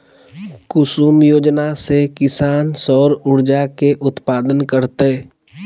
कुसुम योजना से किसान सौर ऊर्जा के उत्पादन करतय